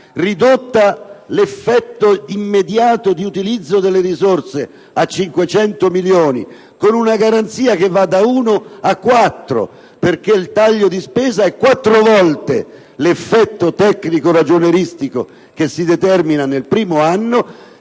ridotto l'effetto immediato di utilizzo delle risorse a 500 milioni di euro, con una garanzia che va da uno a quattro (perché il taglio di spesa è quattro volte l'effetto tecnico‑ragionieristico che si determina nel primo anno),